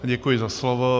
Děkuji za slovo.